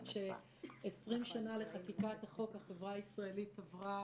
ש-20 שנה לחקיקת החוק החברה הישראלית עברה